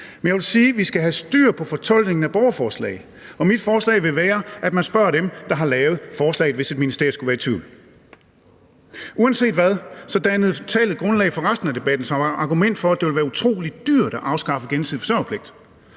Men jeg vil sige: Vi skal have styr på fortolkningen af borgerforslag. Og mit forslag vil være, at man spørger dem, der har lavet forslaget, hvis et ministerium skulle være i tvivl. Uanset hvad dannede tallet grundlag for resten af debatten som et argument for, at det ville være utrolig dyrt at afskaffe gensidig forsørgerpligt.